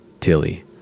Tilly